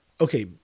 Okay